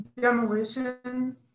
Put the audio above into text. demolition